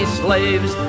slaves